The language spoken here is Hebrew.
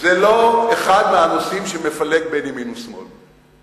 שזה לא אחד מהנושאים שמפלגים בין ימין ושמאל.